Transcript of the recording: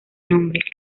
nombre